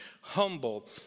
humble